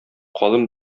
калын